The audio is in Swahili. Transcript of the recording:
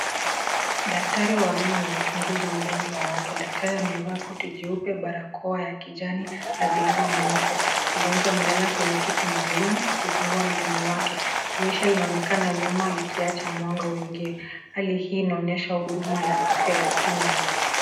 Daktari wa meno anamchuguza mgonjwa wake. Daktari amevaa koti jeupe ,barakoa ya kijani na glavu nyeupe. Mgonjwa amelala kwenye kiti maalum akifungua mdomo wake. Dirisha linaonekana nyuma likiacha mwanga uingie. Hali hii inaonyesha huduma ya afya ya kinywa.